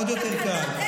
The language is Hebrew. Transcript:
עוד יותר קל.